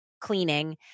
cleaning